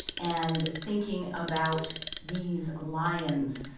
and thinking about these lions,